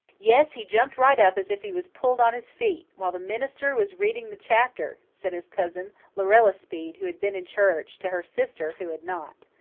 yes, he jumped right up as if he was pulled on his feet, while the minister was reading the chapter, said his cousin, lorella speed who had been in church, to her sister, who had not.